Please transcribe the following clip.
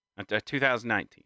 2019